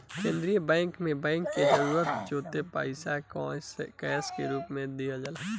केंद्रीय बैंक से बैंक के जरूरत जेतना पईसा कैश के रूप में दिहल जाला